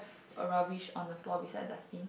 a rubbish on the floor beside dustbin